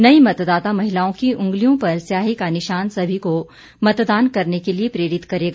नई मतदाता महिलाओं की उंगलियों पर स्याही का निशान सभी को मतदान करने के लिए प्रेरित करेगा